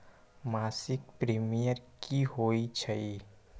मासिक प्रीमियम की होई छई?